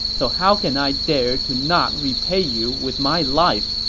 so how can i dare to not repay you with my life!